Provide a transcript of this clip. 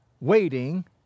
waiting